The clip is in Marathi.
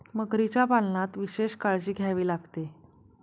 मगरीच्या पालनात विशेष काळजी घ्यावी लागते